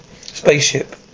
Spaceship